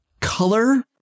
color